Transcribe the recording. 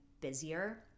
busier